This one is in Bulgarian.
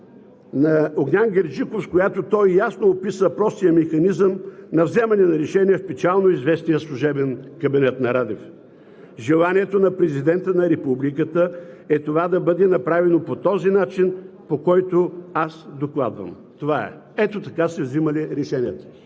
на Огнян Герджиков, с която той ясно описа простия механизъм на вземане на решения в печално известния служебен кабинет на Радев. Желанието на Президента на Републиката е това да бъде направено по този начин, по който аз докладвам. Това е! Ето така са вземали решенията